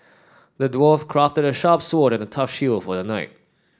the dwarf crafted a sharp sword and a tough shield for the knight